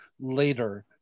later